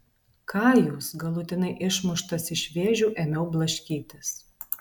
ką jūs galutinai išmuštas iš vėžių ėmiau blaškytis